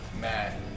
Matt